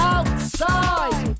Outside